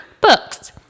Books